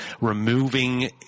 removing